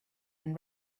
and